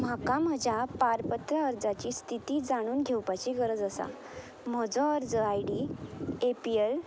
म्हाका म्हज्या पारपत्र अर्जाची स्थिती जाणून घेवपाची गरज आसा म्हजो अर्ज I D A P L